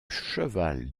cheval